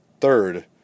third